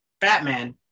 Batman